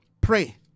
pray